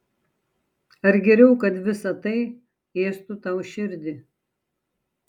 ar geriau kad visa tai ėstų tau širdį